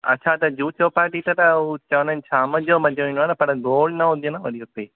अच्छा त जुहु चौपाटी त हू चवंदा आहिनि शाम जो मज़ो ईंदो आहे न पर गोड़ न हूंदी न वरी हुते